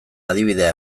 adibidea